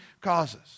causes